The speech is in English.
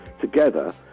together